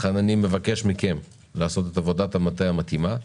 לכן אני מבקש מכם לעשות את עבודת המטה המתאימה.